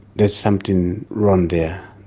there's something wrong there.